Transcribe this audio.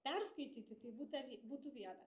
perskaityti tai būta būtų viena